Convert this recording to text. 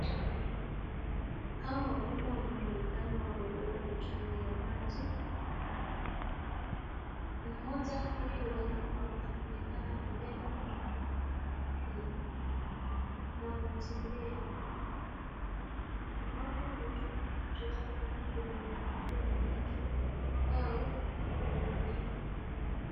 Hawa wamama wanaonekana wamebeba mitungi ya maji. Mmoja huyu wa nyuma anaonekana amebeba mtoto pia na wanatembea. Iwapo wametoka kuchota maji kwenye mto au kwa mfereji.